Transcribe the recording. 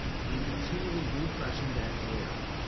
and continually refreshing that air.